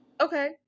Okay